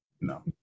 no